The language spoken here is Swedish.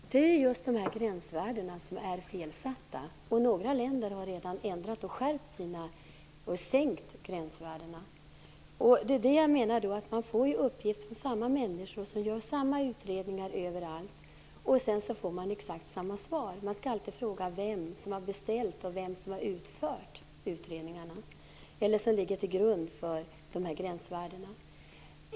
Fru talman! Det är just dessa gränsvärden som är felsatta. Några länder har redan sänkt gränsvärdena. Samma människor gör samma utredningar överallt, och sedan får man exakt samma svar. Man skall alltid fråga vem som har beställt och vem som har utfört utredningarna, eller vad som ligger till grund för gränsvärdena.